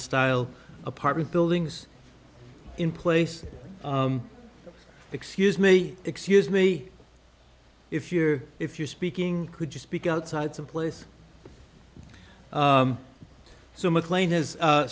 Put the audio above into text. style apartment buildings in place excuse me excuse me if you're if you're speaking could you speak outside some place so mclain is